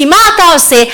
כי מה אתה עושה?